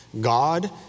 God